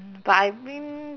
but I mean